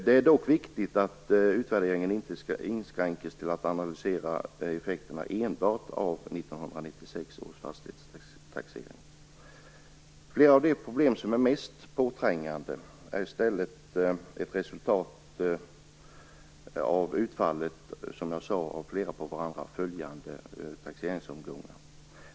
Det är dock viktigt att utvärderingen inte inskränks till att analysera effekterna av enbart 1996 års fastighetstaxering. Flera av de problem som är mest påträngande är, som jag sade, ett resultat av utfallet av flera på varandra följande taxeringsomgångar.